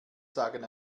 sagen